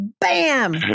bam